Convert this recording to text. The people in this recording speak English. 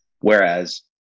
Whereas